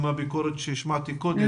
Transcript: גם הביקורת שהשמעתי קודם.